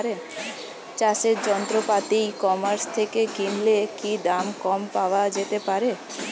চাষের যন্ত্রপাতি e commerce থেকে কিনলে কি দাম কম পাওয়া যেতে পারে?